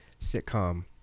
sitcom